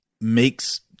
makes